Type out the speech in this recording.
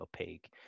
opaque